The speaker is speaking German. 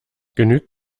genügt